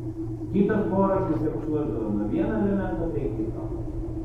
kitos poros tiesiog čiuoždavo nuo vieno elemento prie kito